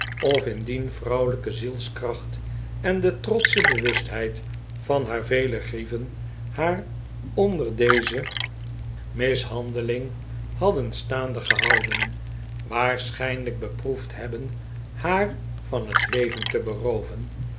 of indien vrouwelijke zielskracht en de trotsche bewustheid van haar vele grieven haar onder deze mishandeling hadden staande gehouden waarschijnlijk beproefd hebben haar van het leven te berooven